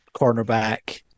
cornerback